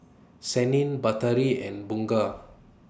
Senin Batari and Bunga